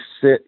sit